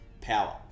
power